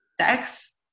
sex